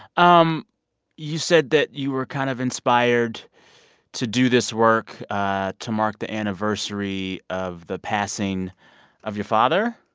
um you said that you were kind of inspired to do this work to mark the anniversary of the passing of your father?